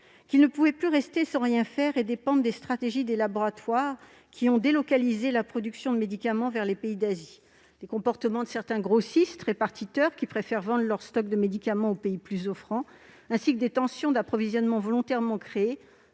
L'État ne peut plus rester sans rien faire et dépendre des stratégies des laboratoires, qui ont délocalisé la production de médicaments vers les pays d'Asie. Je pense également aux comportements de certains grossistes-répartiteurs, qui préfèrent vendre leurs stocks de médicaments aux pays les plus offrants, ainsi qu'aux tensions sur les approvisionnements, volontairement créées